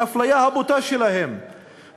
לאפליה הבוטה נגדם,